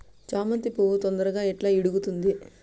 చామంతి పువ్వు తొందరగా ఎట్లా ఇడుగుతుంది?